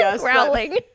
Growling